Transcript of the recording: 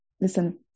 listen